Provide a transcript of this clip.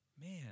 Man